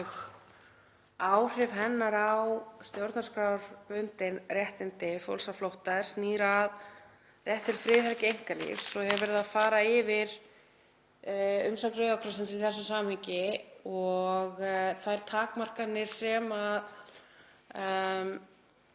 og áhrif hennar á stjórnarskrárbundin réttindi fólks á flótta, er snýr að rétti til friðhelgi einkalífs. Ég hef verið að fara yfir umsögn Rauða krossins í þessu samhengi og þær takmarkanir sem